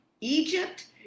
Egypt